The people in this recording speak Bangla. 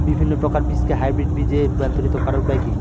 বিভিন্ন প্রকার বীজকে হাইব্রিড বীজ এ রূপান্তরিত করার উপায় কি?